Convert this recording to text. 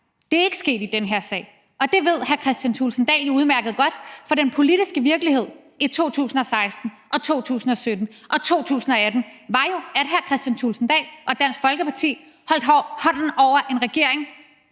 Det er ikke sket i den her sag, og det ved hr. Kristian Thulesen Dahl udmærket godt, for den politiske virkelighed i 2016 og 2017 og 2018 var jo, at hr. Kristian Thulesen Dahl og Dansk Folkeparti holdt hånden over en regering,